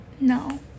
No